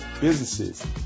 Businesses